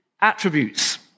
attributes